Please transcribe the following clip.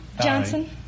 Johnson